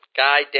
guy